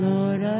Lord